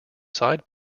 side